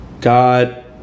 God